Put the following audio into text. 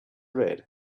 red